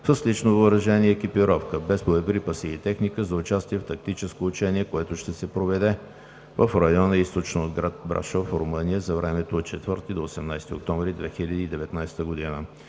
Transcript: с лично въоръжение и екипировка, без боеприпаси и техника, за участие в тактическо учение, което ще се проведе в район източно от град Брашов, Румъния, за времето от 4 до 18 октомври 2019 г.